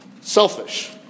selfish